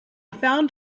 found